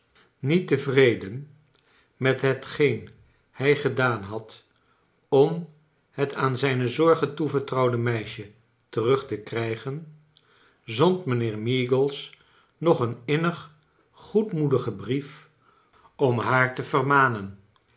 niet tevreden met hetgeen hij gedaan had om het aan zijne zorgen toevertrouwde meisje terug te krijgen zond mijnheer meagles nog een innig goedmoedigen brief om haar te vermanen